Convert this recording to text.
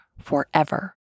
forever